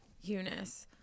Eunice